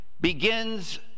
begins